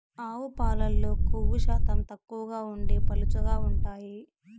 ఆవు పాలల్లో కొవ్వు శాతం తక్కువగా ఉండి పలుచగా ఉంటాయి